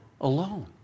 alone